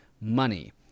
money